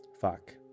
Fuck